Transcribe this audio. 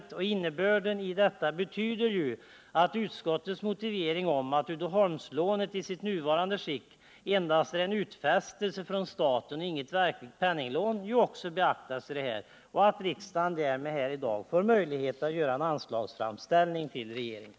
Innebörden är ju att utskottets motivering, att Uddeholmslånet i sitt nuvarande skick endast är en utfästelse från staten och inget verkligt penninglån, också beaktas och att riksdagen därmed här i dag får möjlighet att göra en anslagsframställning till regeringen.